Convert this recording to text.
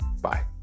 bye